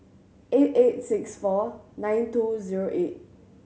eight eight six four nine two zero eight